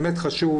באמת חשוב,